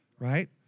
Right